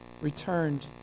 Returned